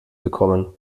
bekommen